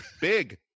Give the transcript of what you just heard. Big